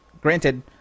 Granted